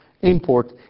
import